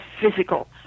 physical